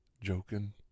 joking